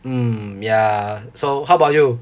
mm ya so how about you